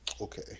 Okay